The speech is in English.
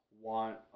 want